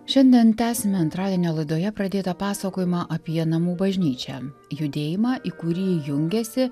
šiandien tęsiame antradienio laidoje pradėtą pasakojimą apie namų bažnyčią judėjimą į kurį jungėsi